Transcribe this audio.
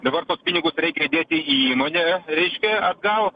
dabar tuos pinigus reikia įdėti į įmonę reiškia atgal